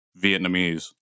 Vietnamese